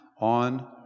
on